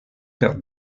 per